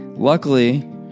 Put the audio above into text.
Luckily